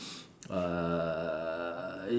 uh